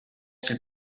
qu’il